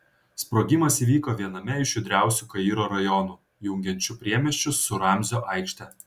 sprogimas įvyko viename iš judriausių kairo rajonų jungiančių priemiesčius su ramzio aikšte